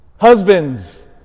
Husbands